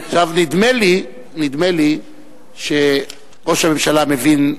נדמה לי שראש הממשלה מבין.